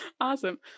Awesome